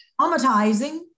traumatizing